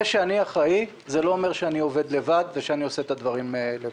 זה שאני אחראי לא אומר שאני עובד לבד ושאני עושה את הדברים לבד.